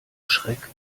schreck